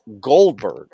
Goldberg